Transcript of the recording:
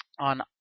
on